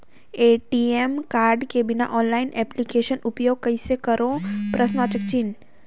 ATM card के बिना online application उपयोग कइसे करो?